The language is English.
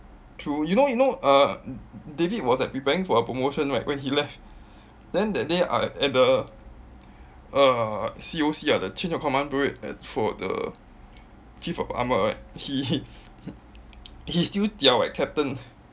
true you know you know err david was like preparing for a promotion right when he left then that day uh at the err C_O_C ah the change of command parade at for the chief of armour right he he he still diao at captain